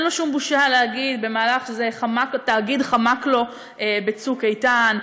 אין לו שום בושה להגיד שהתאגיד חמק לו ב"צוק איתן".